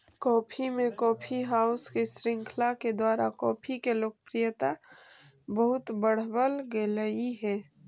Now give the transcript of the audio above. भारत में coffee house के श्रृंखला के द्वारा कॉफी के लोकप्रियता बहुत बढ़बल गेलई हे